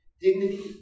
dignity